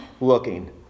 looking